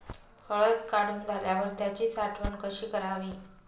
हळद काढून झाल्यावर त्याची साठवण कशी करावी?